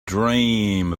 dream